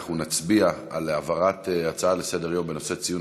אנחנו נצביע על העברת ההצעה לסדר-היום בנושא: ציון